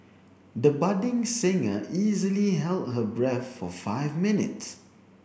the budding singer easily held her breath for five minutes